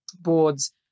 boards